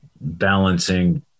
balancing